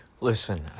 Listen